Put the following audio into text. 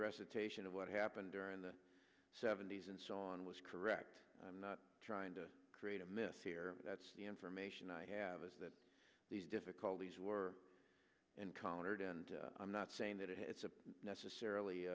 recitation of what happened during the seventy's and so on was correct i'm not trying to create a mess here that's the information i have is that these difficulties were encountered and i'm not saying that it's necessarily